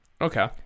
Okay